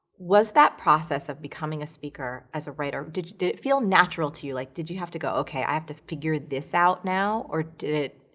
was that process of becoming a speaker as a writer, did did it feel natural to you? like, did you have to go, ok, i have to figure this out now. or did it?